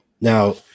Now